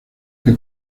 que